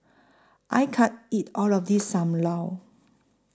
I can't eat All of This SAM Lau